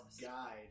guide